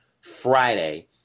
Friday